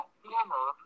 former